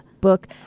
book